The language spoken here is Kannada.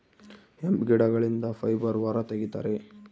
ಹೆಂಪ್ ಗಿಡಗಳಿಂದ ಫೈಬರ್ ಹೊರ ತಗಿತರೆ